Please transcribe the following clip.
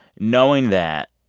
knowing that,